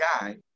guy